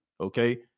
okay